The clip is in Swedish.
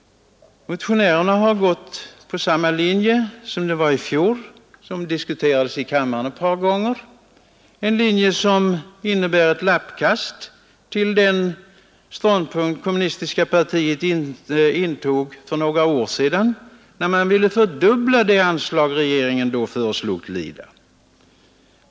Motionärerna går på samma linje som i sitt förslag i fjol, vilket diskuterades i kammaren ett par gånger och som innebär ett lappkast i förhållande till den ståndpunkt kommunistiska partiet intog för några år sedan, när man ville fördubbla det anslag regeringen då föreslog till IDA.